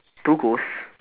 two ghost